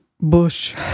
Bush